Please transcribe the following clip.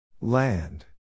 Land